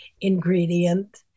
ingredient